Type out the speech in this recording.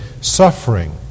suffering